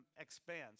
expands